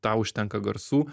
tau užtenka garsų